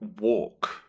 walk